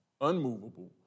unmovable